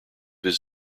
his